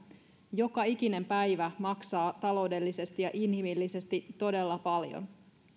joka ikinen päivä maksaa taloudellisesti ja inhimillisesti todella paljon